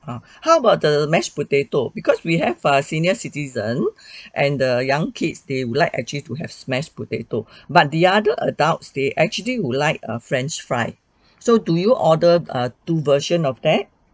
uh how about the mashed potato because we have ah senior citizen and the young kids they would like actually to have smashed potato but the other adults they actually would like a french fry so do you ordered err two version of that